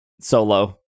solo